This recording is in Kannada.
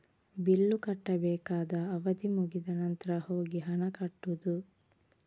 ಬಿಲ್ಲು ಕಟ್ಟಬೇಕಾದ ಅವಧಿ ಮುಗಿದ ನಂತ್ರ ಹೋಗಿ ಹಣ ಕಟ್ಟುದು